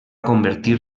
convertir